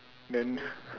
then